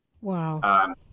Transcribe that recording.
Wow